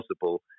possible